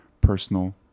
personal